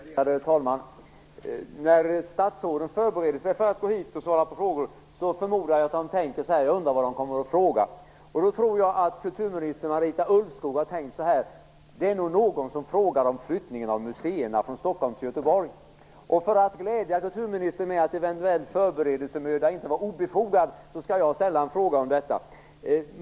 Värderade talman! Jag förmodar att statsråden när de förbereder sig för att gå hit undrar vilka frågor som kommer att ställas. Jag tror att kulturminister Marita Ulvskog har tänkt att någon nog kommer att fråga om flyttningen av museerna från Stockholm till Göteborg. För att glädja kulturministern med att eventuell förberedelsemöda inte varit obefogad skall jag ställa en fråga om detta.